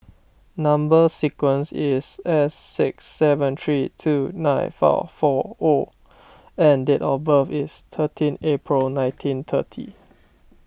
Number Sequence is S six seven three two nine five four O and date of birth is thirteen April nineteen thirty